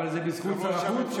אבל זה בזכות שר החוץ,